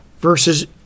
Versus